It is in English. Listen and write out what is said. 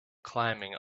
climbing